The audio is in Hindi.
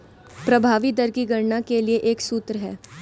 प्रभावी दर की गणना के लिए एक सूत्र है